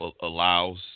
allows